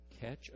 catch